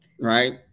Right